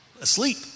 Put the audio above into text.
asleep